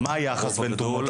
מה היחס בין תרומות למדינה?